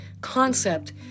concept